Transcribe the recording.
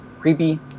creepy